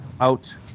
out